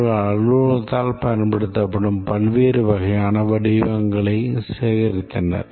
அவர்கள் அலுவலகத்தால் பயன்படுத்தப்படும் பல்வேறு வகையான படிவங்களை சேகரித்தனர்